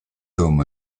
homme